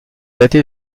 dater